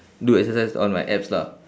do exercise on my abs lah